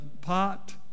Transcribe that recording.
pot